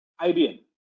IBM